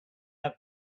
have